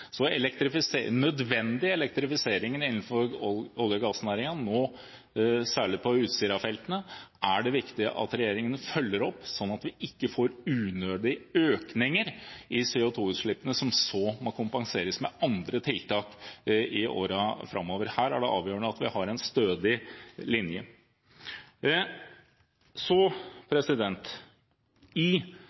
Så nødvendig elektrifisering innenfor olje- og gassnæringen, særlig på Utsira-feltene, er det viktig at regjeringen følger opp, sånn at vi ikke får unødige økninger i CO2-utslippene, som så må kompenseres med andre tiltak i årene framover. Her er det avgjørende at vi har en stødig linje.